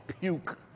puke